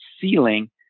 ceiling